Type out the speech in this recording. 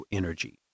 energy